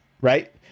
Right